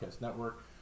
Network